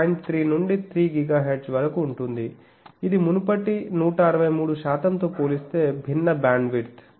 3 నుండి 3GHz వరకు ఉంటుంది ఇది మునుపటి 163 శాతంతో పోలిస్తే భిన్న బ్యాండ్విడ్త్